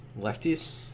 lefties